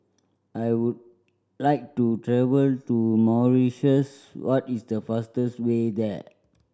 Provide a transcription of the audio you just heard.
I would like to travel to Mauritius what is the fastest way there